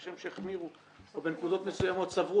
כשם שהחמירו או בנקודות מסוימות סברו